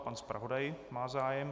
Pan zpravodaj má zájem.